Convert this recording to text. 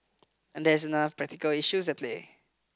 and there is another practical issue at play